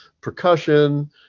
percussion